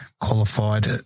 qualified